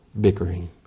bickering